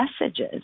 messages